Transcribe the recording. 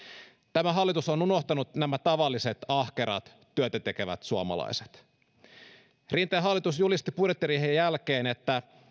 tämä hallitus on on unohtanut nämä tavalliset ahkerat työtä tekevät suomalaiset rinteen hallitus julisti budjettiriihen jälkeen että